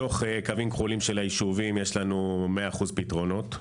בתוך הקווים הכחולים של היישובים יש לנו 100% פתרונות.